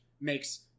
makes